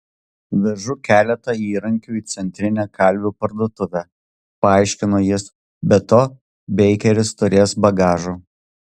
vežu keletą įrankių į centrinę kalvių parduotuvę paaiškino jis be to beikeris turės bagažo